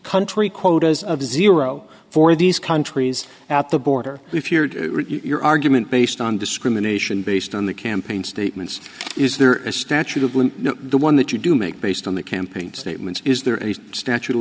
country quotas of zero for these countries at the border if you're your argument based on discrimination based on the campaign statements is there a statute of loot no the one that you do make based on the campaign statements is there any statute of